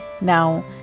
now